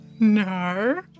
No